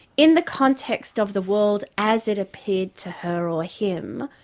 in the context of the world as it appeared to her or him,